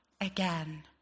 again